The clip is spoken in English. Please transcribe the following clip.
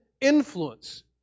influence